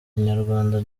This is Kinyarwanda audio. inyarwanda